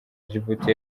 djibouti